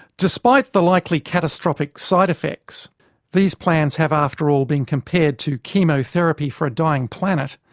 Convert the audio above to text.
despite the likely catastrophic side effects these plans have after all been compared to chemotherapy for a dying planet,